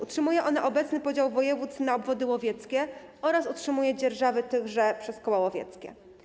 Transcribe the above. Utrzymuje ona obecny podział województw na obwody łowieckie oraz utrzymuje dzierżawę tychże przez koła łowieckie.